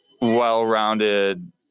well-rounded